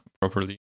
properly